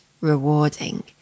rewarding